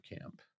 camp